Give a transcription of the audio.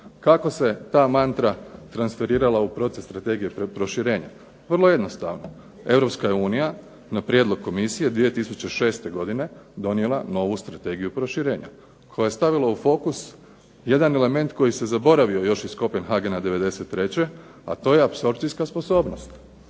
Kako se ta mantra transferirala u proces strategije proširenja? Vrlo jednostavno. Europska je unija na prijedlog Komisije 2006. godine donijela novu Strategiju proširenja koja je stavila u fokus jedan element koji se zaboravio još iz Kopenhagena '93. a to je apsorpcijska sposobnost.